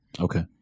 Okay